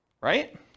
right